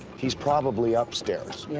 he's probably upstairs. yeah.